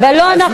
ולא,